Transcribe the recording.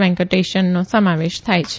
વેંકટેશનનો સમાવેશ થાય છે